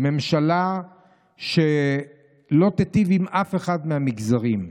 היא ממשלה שלא תיטיב עם אף אחד מהמגזרים.